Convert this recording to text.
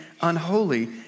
unholy